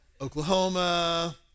Oklahoma